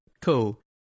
cool